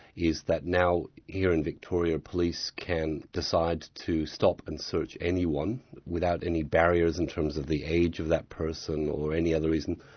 is that now here in victoria, police can decide to stop and search anyone without any barriers in terms of the age of that person or any other reason.